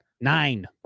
Nine